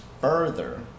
further